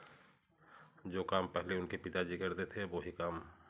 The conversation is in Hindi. जो काम पहले उनके पिता जी करते थे अब वही काम